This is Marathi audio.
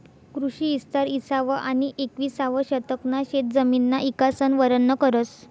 कृषी इस्तार इसावं आनी येकविसावं शतकना शेतजमिनना इकासन वरनन करस